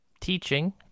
teaching